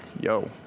yo